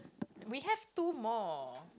we have two more